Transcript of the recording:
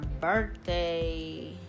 birthday